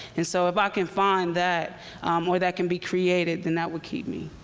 and so but can find that or that can be created, then that would keep me.